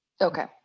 okay